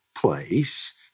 place